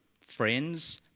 Friends